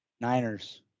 Niners